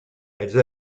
elle